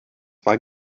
war